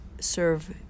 serve